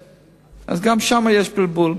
אז גם שם יש בלבול.